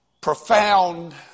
profound